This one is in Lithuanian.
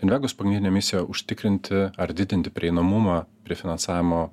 invegos pagrindinė misija užtikrinti ar didinti prieinamumą prie finansavimo